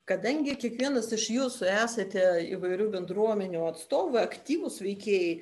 kadangi kiekvienas iš jūsų esate įvairių bendruomenių atstovų aktyvūs veikėjai